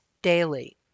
daily